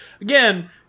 again